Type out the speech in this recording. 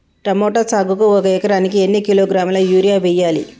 Tomato సాగుకు ఒక ఎకరానికి ఎన్ని కిలోగ్రాముల యూరియా వెయ్యాలి?